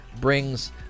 brings